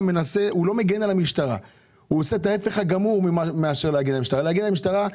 מגן על המשטרה אלא עושה את ההיפך הגמור מאשר להגן על המשטרה.